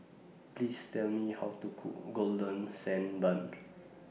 Please Tell Me How to Cook Golden Sand Bun